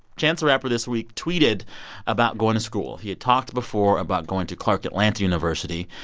chance the rapper this week tweeted about going to school. he had talked before about going to clark atlanta university,